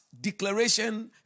declaration